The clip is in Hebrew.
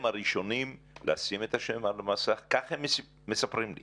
הם הראשונים לשים את השם על המסך כך הם מספרים לי